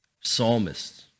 Psalmists